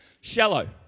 Shallow